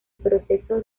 proceso